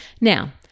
Now